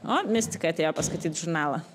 o mistika atėjo paskaityt žurnalą